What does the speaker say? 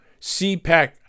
CPAC